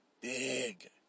Big